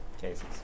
cases